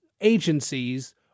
agencies